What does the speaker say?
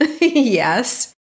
Yes